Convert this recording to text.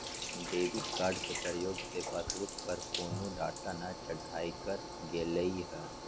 debit card के प्रयोग से पासबुक पर कोनो डाटा न चढ़ाएकर गेलइ ह